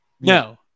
No